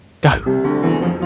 Go